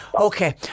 Okay